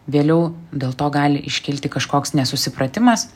vėliau dėl to gali iškilti kažkoks nesusipratimas